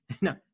No